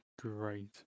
great